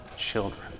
children